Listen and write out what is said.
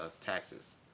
taxes